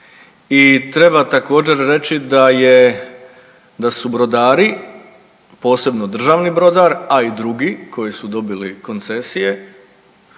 i treba također reći da su brodari, posebno državni brodar, a i drugi koji su dobili koncesije